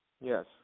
Yes